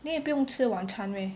你也不用吃晚餐 meh